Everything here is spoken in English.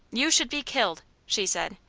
you should be killed! she said.